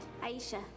Aisha